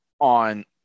on